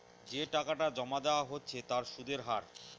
যে টাকাটা জমা দেওয়া হচ্ছে তার সুদের হার